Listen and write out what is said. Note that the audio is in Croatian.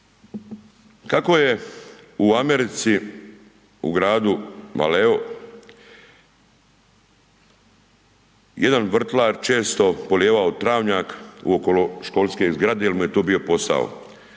kako je u Americi u gradu Valeo jedan vrtlar često polijevao travnjak uokolo školske zgrade jel mu je to bio posao.